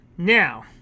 Now